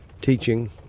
teaching